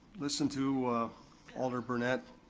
listen to alder brunette,